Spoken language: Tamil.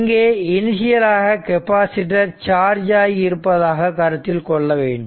இங்கே இனிஷியல் ஆக கெப்பாசிட்டர் சார்ஜ் ஆகி இருப்பதாக கருத்தில் கொள்ள வேண்டும்